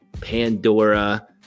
Pandora